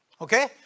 Okay